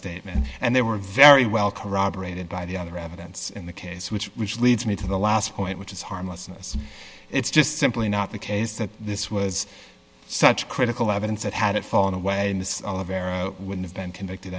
and and they were very well corroborated by the other evidence in the case which which leads me to the last point which is harmlessness it's just simply not the case that this was such critical evidence that had it fallen away and this would have been convicted